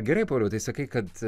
gerai pauliau ta sakai kad